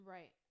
Right